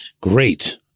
great